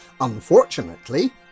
Unfortunately